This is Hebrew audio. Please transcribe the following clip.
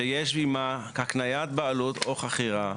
שיש עמה הקניית בעלות או חכירה,